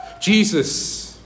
Jesus